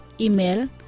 Email